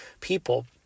people